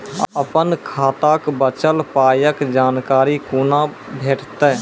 अपन खाताक बचल पायक जानकारी कूना भेटतै?